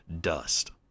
dust